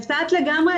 הפתעת לגמרי,